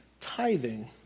tithing